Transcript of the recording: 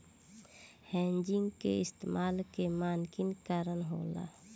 hedging के इस्तमाल के मानकी करण होला